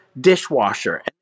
dishwasher